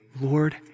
Lord